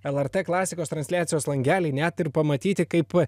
lrt klasikos transliacijos langelį net ir pamatyti kaip